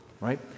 right